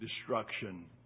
destruction